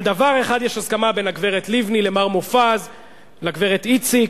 על דבר אחד יש הסכמה בין הגברת לבני למר מופז לגברת איציק,